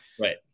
right